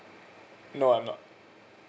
no I'm not